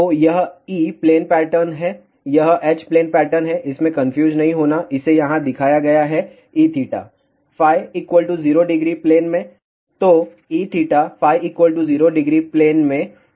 तो यह E plane pattern है यह H प्लेन पैटर्न है इसमें कंफ्यूज नहीं होना इसे यहाँ दिखाया है Eθ φ 00 प्लेन में तो Eθ φ 00 प्लेन में यह एक यहाँ है